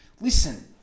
Listen